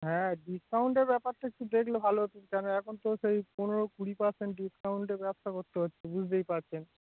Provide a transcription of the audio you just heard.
হ্যাঁ ডিসকাউন্টের ব্যাপারটা একটু দেখলো ভালো হত কেন এখন তো সেই পনেরো কুড়ি পারসেন্ট ডিসকাউন্টের ব্যবসা করতে হচ্ছে বুঝতেই পারছেন